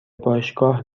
باشگاه